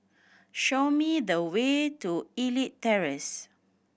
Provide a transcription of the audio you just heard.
show me the way to Elite Terrace